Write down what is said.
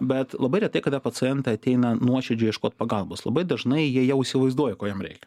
bet labai retai kada pacientai ateina nuoširdžiai ieškot pagalbos labai dažnai jie jau įsivaizduoja ko jam reikia